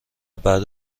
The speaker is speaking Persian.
بعد